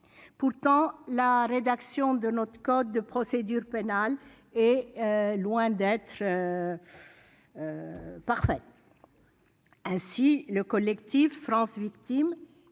Pourtant, la rédaction de notre code de procédure pénale est loin d'être parfaite. Ainsi le collectif France Victimes